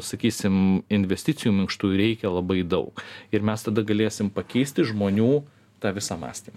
sakysim investicijų minkštųjų reikia labai daug ir mes tada galėsim pakeisti žmonių tą visą mąstymą